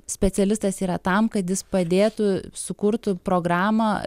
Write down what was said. specialistas yra tam kad jis padėtų sukurtų programą